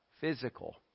physical